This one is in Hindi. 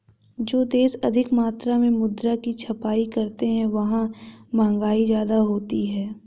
जो देश अधिक मात्रा में मुद्रा की छपाई करते हैं वहां महंगाई ज्यादा होती है